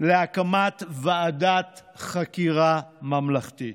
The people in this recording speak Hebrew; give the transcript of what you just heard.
להקמת ועדת חקירה ממלכתית.